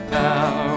now